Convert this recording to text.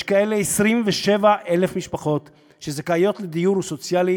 יש 27,000 משפחות כאלה שזכאיות לדיור סוציאלי